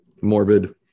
morbid